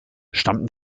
stammten